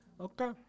Okay